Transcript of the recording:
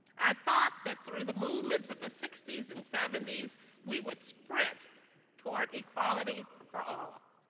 i thought that through the movements of the sixty s and seventy s we would sprint toward equality for all.